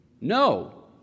No